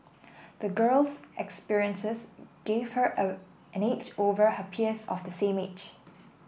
the girl's experiences gave her a an edge over her peers of the same age